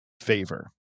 favor